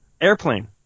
Airplane